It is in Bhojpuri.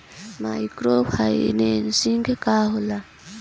माइक्रो फाईनेसिंग का होला?